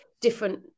different